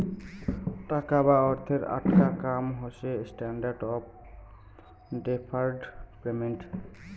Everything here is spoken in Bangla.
টাকা বা অর্থের আকটা কাম হসে স্ট্যান্ডার্ড অফ ডেফার্ড পেমেন্ট